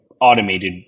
automated